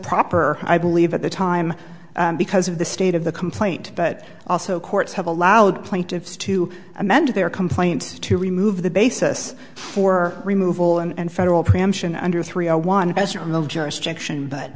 proper i believe at the time because of the state of the complaint but also courts have allowed plaintiffs to amend their complaint to remove the basis for removal and federal preemption under three one as from the jurisdiction but